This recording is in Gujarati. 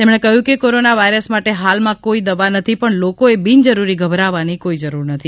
તેમણે કહ્યું કે કોરોના વાયરસ માટે હાલમાં કોઇ દવા નથી પણ લોકોએ બિનજરૂરી ગભરાવવાની જરૂર નથી